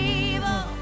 evil